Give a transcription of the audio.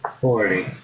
forty